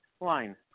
Line